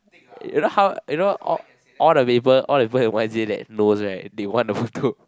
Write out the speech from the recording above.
you know how you know all all the people all the people at Y_G that knows right they want the photo